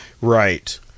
right